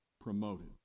promoted